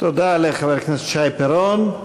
תודה לחבר הכנסת שי פירון.